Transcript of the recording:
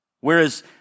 Whereas